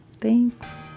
Thanks